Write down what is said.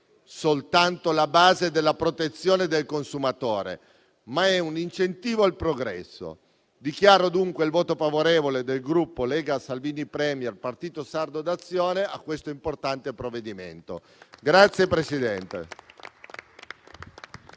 soltanto la base della protezione del consumatore, ma è anche un incentivo al progresso. Dichiaro, dunque, il voto favorevole del Gruppo Lega Salvini Premier-Partito Sardo d'Azione a questo importante provvedimento.